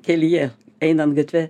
kelyje einant gatve